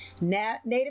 Native